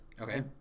Okay